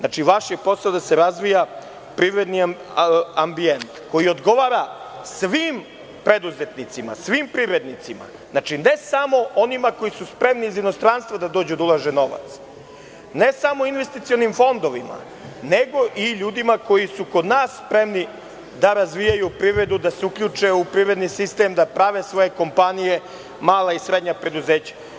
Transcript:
Vaš je posao da se razvija privredni ambijent koji odgovara svim preduzetnicima, svim privrednicima, ne samo onima koji su spremni iz inostranstva da dođu da ulažu novac, ne samo investicionim fondovima nego i ljudima koji su kod nas spremni da razvijaju privredu, da se uključe u privredni sistem, da prave svoje kompanije, mala i srednja preduzeća.